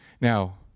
Now